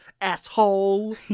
asshole